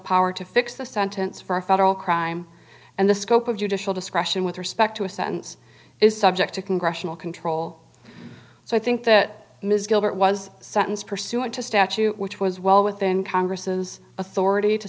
power to fix the sentence for a federal crime and the scope of judicial discretion with respect to a sentence is subject to congressional control so i think that ms gilbert was sentenced pursuant to statute which was well within congress's authority to